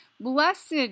Blessed